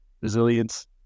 resilience